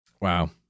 wow